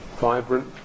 vibrant